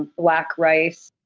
black rice,